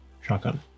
shotgun